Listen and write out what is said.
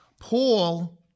Paul